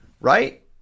right